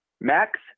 Max